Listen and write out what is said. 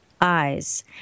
Eyes